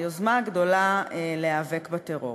היוזמה הגדולה להיאבק בטרור.